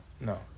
no